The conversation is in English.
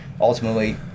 Ultimately